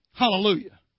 Hallelujah